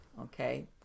okay